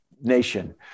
nation